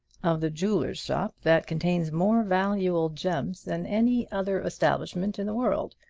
of the jeweler's shop that contains more valuable gems than any other establishment in the world.